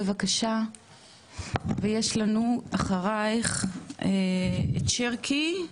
בבקשה ויש לנו אחרייך את שרקי,